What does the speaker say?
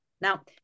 Now